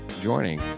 joining